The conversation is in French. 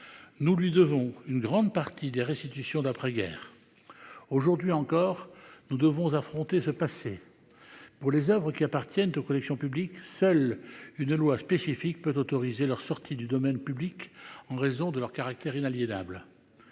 Nous lui devons une grande partie des restitutions d'après-guerre. Aujourd'hui encore, nous devons affronter ce passé. Pour les Oeuvres qui appartiennent tous aux collections publiques, seule une loi spécifique peut autoriser leur sortie du domaine public en raison de leur caractère inaliénable.